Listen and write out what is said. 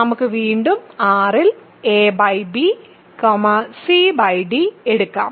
നമുക്ക് വീണ്ടും R ൽ ab cd എടുക്കാം